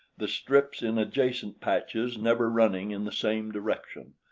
the strips in adjacent patches never running in the same direction.